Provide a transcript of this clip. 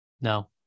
No